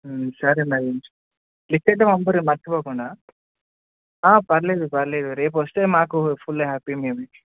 సరే మరి ఉంచు లిస్ట్ అయితే వంపుర్రి మర్చిపోకుండా పర్లేదు పర్లేదు రేపు వస్తే మాకు ఫుల్ హ్యాపీ మేబీ